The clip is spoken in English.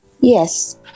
Yes